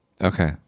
Okay